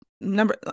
number